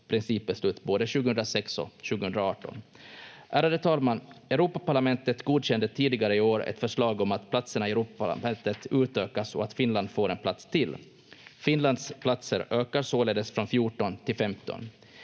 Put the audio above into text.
principbeslut både 2006 och 2018. Ärade talman! Europaparlamentet godkände tidigare i år ett förslag om att platserna i Europaparlamentet utökas och att Finland får en plats till. Finlands platser ökar således från 14 till 15.